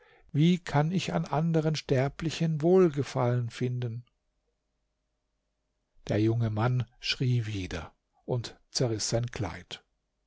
wie kann ich an anderen sterblichen wohlgefallen finden der junge mann schrie wieder und zerriß sein kleid